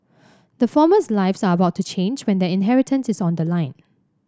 the former's lives are about to change when their inheritance is on the line